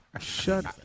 Shut